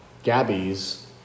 Gabby's